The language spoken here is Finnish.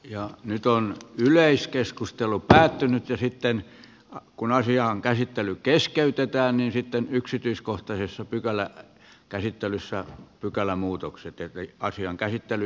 ja nyt on yleiskeskustelu päättynyt yrittänyt kun asian käsittely keskeytetään erittäin yksityiskohta jossa pykälän käsittelyssä pykälämuutoksia tehty asian käsittely